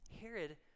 Herod